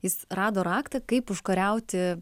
jis rado raktą kaip užkariauti